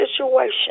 situation